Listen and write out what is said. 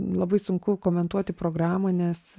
labai sunku komentuoti programą nes